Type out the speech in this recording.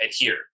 adhere